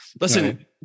Listen